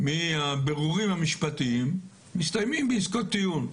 מהבירורים המשפטיים, מסתיימים בעסקות טיעון.